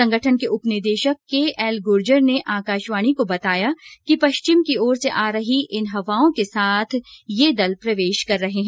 संगठन के उप निदेशक के एल गुर्जर ने आकाशवाणी को बताया कि पश्चिम की ओर से आ रही हवाओं के साथ ये दल प्रवेश कर रहे हैं